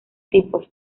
tipos